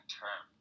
term